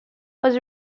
was